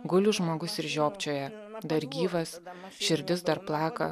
guli žmogus ir žiopčioja dar gyvas širdis dar plaka